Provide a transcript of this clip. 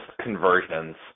conversions